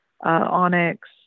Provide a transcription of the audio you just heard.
onyx